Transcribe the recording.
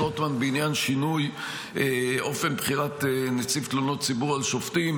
רוטמן בעניין שינוי אופן בחירת נציב תלונות ציבור על שופטים.